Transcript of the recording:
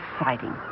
exciting